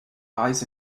eyes